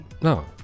No